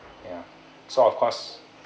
ya so of course